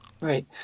Right